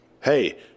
Hey